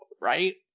right